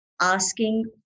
asking